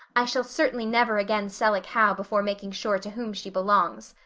i shall certainly never again sell a cow before making sure to whom she belongs.